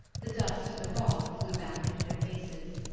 the dust of the rock flew back into their faces.